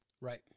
Right